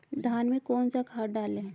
धान में कौन सा खाद डालें?